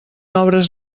obres